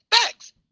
facts